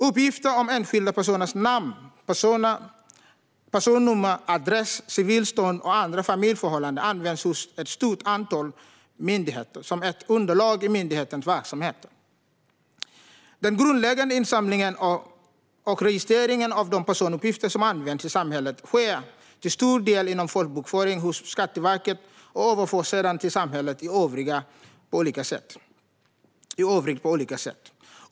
Uppgifter om enskilda personers namn, personnummer, adress, civilstånd och andra familjeförhållanden används hos ett stort antal myndigheter som ett underlag i myndigheternas verksamhet. Den grundläggande insamlingen och registreringen av de personuppgifter som används i samhället sker till stor del inom folkbokföringen hos Skatteverket och överförs sedan till samhället i övrigt på olika sätt.